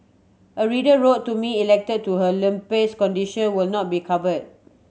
a reader wrote to me elated to her lupus condition will now be cover